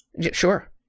Sure